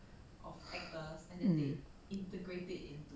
um